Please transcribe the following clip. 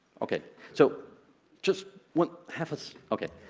ok so just what happened ok